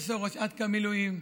ראש עתכ"א מילואים,